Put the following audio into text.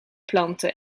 planten